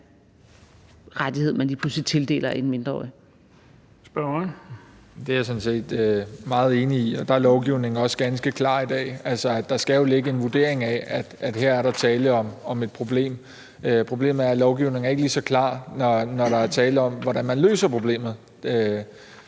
Det er jeg sådan set meget enig i, og der er lovgivningen også ganske klar i dag. Altså, der skal jo ligge en vurdering af, at der her er tale om et problem. Problemet er, at lovgivningen ikke er lige så klar, når der er tale om, hvordan man løser problemet.